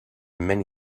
many